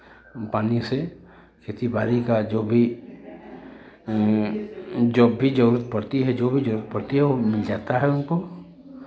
पानी से खेती बारी का जो भी जब भी ज़रूरत पड़ती है जो भी ज़रूरत पड़ती है वो मिल जाता है उनको